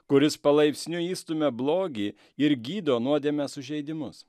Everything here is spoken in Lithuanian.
kuris palaipsniui išstumia blogį ir gydo nuodėmę sužeidimus